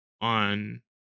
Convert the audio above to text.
on